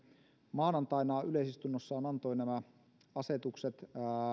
maanantaina yleisistunnossaan antoi nämä asetukset